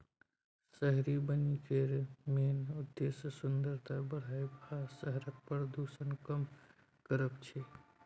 शहरी बनिकी केर मेन उद्देश्य सुंदरता बढ़ाएब आ शहरक प्रदुषण कम करब छै